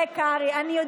מתנגדים, 40, תומכים,